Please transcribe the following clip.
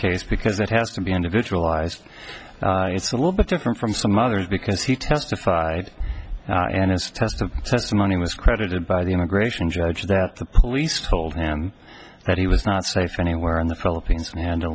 case because it has to be individualized it's a little bit different from some others because he testified and his test of testimony was credited by the immigration judge that the police told him that he was not safe anywhere in the philippines and o